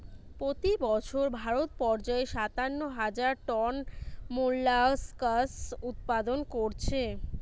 পোতি বছর ভারত পর্যায়ে সাতান্ন হাজার টন মোল্লাসকস উৎপাদন কোরছে